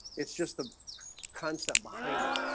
it's just the concept behind it.